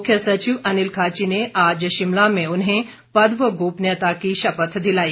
मुख्य सचिव अनिल खाची ने आज शिमला में उन्हें पद व गोपनीयता की शपथ दिलाई